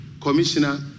Commissioner